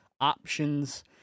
options